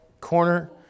corner